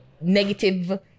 negative